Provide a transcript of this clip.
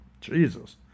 Jesus